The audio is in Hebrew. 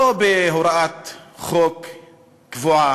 לא בהוראת חוק קבועה,